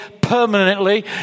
permanently